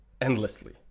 endlessly